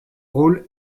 rôle